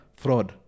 fraud